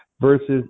versus